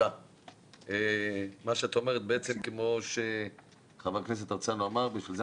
כמו שחבר הכנסת אמר, בשביל זה